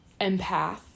empath